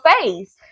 face